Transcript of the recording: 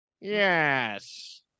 Yes